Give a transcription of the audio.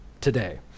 today